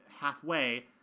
halfway